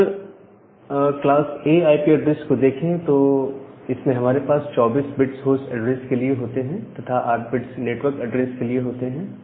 अगर class A IP address को देखें तो इसमें हमारे पास 24 बिट्स होस्ट एड्रेस के लिए होते हैं तथा 8 बिट्स नेटवर्क एड्रेस के लिए होते हैं